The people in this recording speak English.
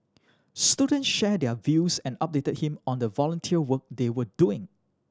students shared their views and updated him on the volunteer work they were doing